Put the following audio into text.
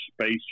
space